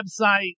website